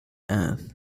earth